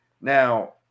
now